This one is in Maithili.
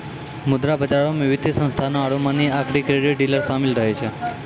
मुद्रा बजारो मे वित्तीय संस्थानो आरु मनी आकि क्रेडिट डीलर शामिल रहै छै